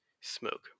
smoke